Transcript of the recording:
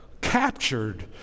captured